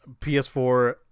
PS4